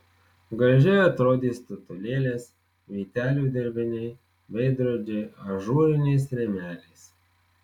gražiai atrodys statulėlės vytelių dirbiniai veidrodžiai ažūriniais rėmeliais